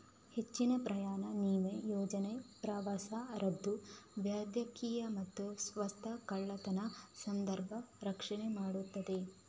ಹೆಚ್ಚಿನ ಪ್ರಯಾಣ ವಿಮಾ ಯೋಜನೆ ಪ್ರವಾಸ ರದ್ದು, ವೈದ್ಯಕೀಯ ಮತ್ತೆ ವಸ್ತು ಕಳ್ಳತನದ ಸಂದರ್ಭ ರಕ್ಷಣೆ ಕೊಡ್ತದೆ